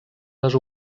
les